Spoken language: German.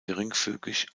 geringfügig